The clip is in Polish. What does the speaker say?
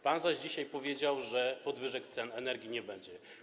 Pan zaś dzisiaj powiedział, że podwyżek cen energii nie będzie.